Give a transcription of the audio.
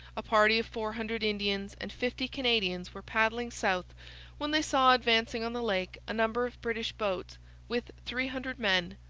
a party of four hundred indians and fifty canadians were paddling south when they saw advancing on the lake a number of british boats with three hundred men,